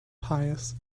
pious